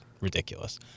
ridiculous